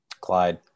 Clyde